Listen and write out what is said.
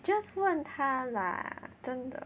just 问他 lah 真的